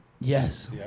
Yes